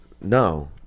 No